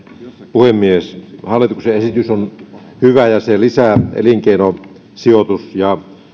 puhemies hallituksen esitys on hyvä ja se lisää elinkeino sijoitus ja